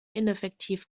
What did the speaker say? ineffektiv